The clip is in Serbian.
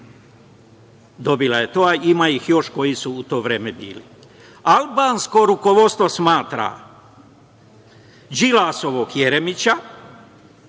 dobila je to. Ima ih još koji su u to vreme bili. Albansko rukovodstvo smatra, Đilasovog Jerimića